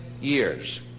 years